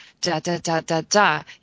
da-da-da-da-da